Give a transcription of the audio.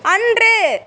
அன்று